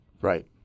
Right